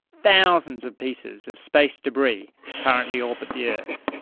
thousands of pieces of space debris currently orbit the earth.